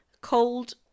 cold